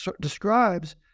describes